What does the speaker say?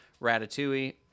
Ratatouille